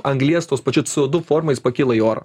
anglies tos pačios co du forma jis pakyla į orą